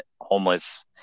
homeless